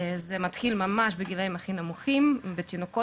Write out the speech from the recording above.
זה מתחיל ממש בגילאים הנמוכים ביותר.